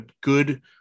good